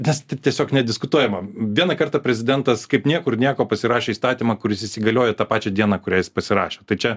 nes tai tiesiog nediskutuojama vieną kartą prezidentas kaip niekur nieko pasirašė įstatymą kuris įsigalioja tą pačią dieną kurią jis pasirašė tai čia